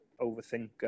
overthinker